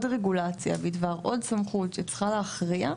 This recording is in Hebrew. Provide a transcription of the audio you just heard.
רגולציה בדבר עוד סמכות שצריכה להכריע,